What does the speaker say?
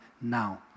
now